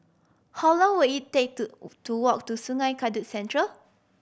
how long will it take to to walk to Sungei Kadut Central